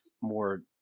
more